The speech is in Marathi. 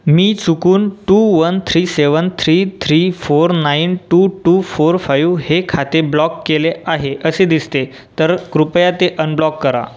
मी चुकून two one three seven three three four nine two two four five हे खाते ब्लॉक केले आहे असे दिसते तर कृपया ते अनब्लॉक करा